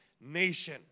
nation